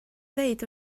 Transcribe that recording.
ddweud